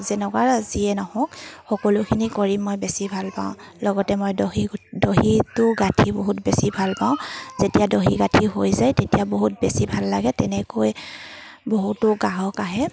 যেনেকুৱা যিয়ে নহওক সকলোখিনি কৰি মই বেছি ভাল পাওঁ লগতে মই দহি দহিটো গাঁঠি বহুত বেছি ভাল পাওঁ যেতিয়া দহি গাঁঠি হৈ যায় তেতিয়া বহুত বেছি ভাল লাগে তেনেকৈ বহুতো গ্ৰাহক আহে